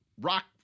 rock